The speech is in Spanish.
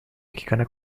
mexicana